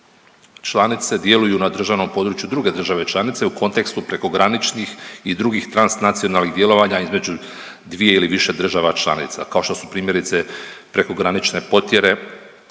članice djeluju na državnom području druge države članice u kontekstu prekograničnih i drugih transnacionalnih djelovanja između dvije ili više država članica, kao što su, primjerice, prekogranične potjere,